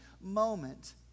moment